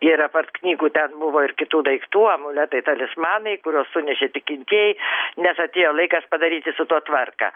ir apart knygų ten buvo ir kitų daiktų amuletai talismanai kuriuos sunešė tikintieji nes atėjo laikas padaryti su tuo tvarką